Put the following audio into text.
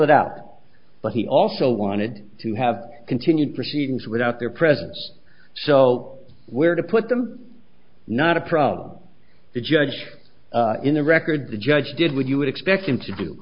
it out but he also wanted to have continued proceedings without their presence so where to put them not a problem the judge in the record the judge did would you expect him to do